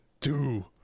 two